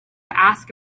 ask